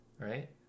right